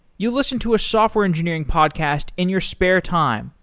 you listen to a software engineering podcast in your spare time,